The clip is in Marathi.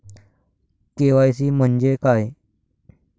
के.वाय.सी म्हंजे काय?